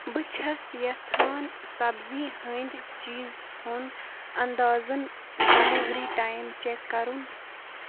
بہٕ چھَس یژھان سبزی ہٕنٛدۍ چیٖز ہُنٛد انٛدازَن ڈِلِوری ٹایم چیک کرُن